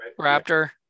Raptor